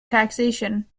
taxation